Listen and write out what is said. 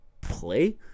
play